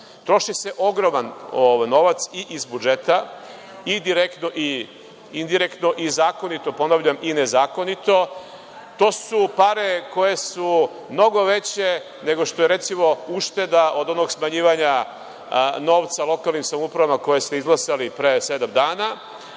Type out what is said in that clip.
se ogroman novac i iz budžeta, i direktno i indirektno i zakonito, ponavljam, i nezakonito. To su pare koje su mnogo veće nego što je, recimo, ušteda od onog smanjivanja novca lokalnim samoupravama koje ste izglasali pre sedam dana,